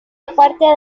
aparte